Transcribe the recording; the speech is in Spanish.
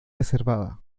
reservada